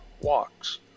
walks